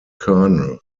kernel